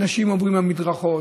אנשים עוברים במדרכות,